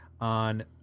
on